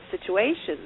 situations